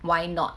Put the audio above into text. why not